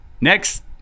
Next